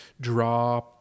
draw